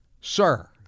sir